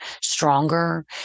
stronger